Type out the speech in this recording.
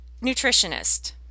nutritionist